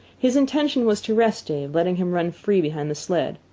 his intention was to rest dave, letting him run free behind the sled.